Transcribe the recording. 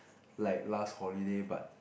like last holiday but